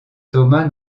thomas